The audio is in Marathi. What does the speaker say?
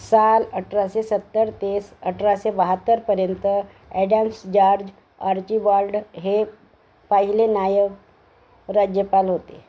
साल अठराशे सत्तर ते अठराशे बहात्तरपर्यंत ॲडन्स जार्ज आर्चिबाल्ड हे पाहिले नायक राज्यपाल होते